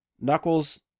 Knuckles